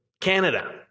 Canada